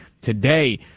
today